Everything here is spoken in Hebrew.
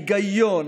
ההיגיון,